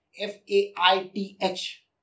F-A-I-T-H